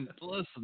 listen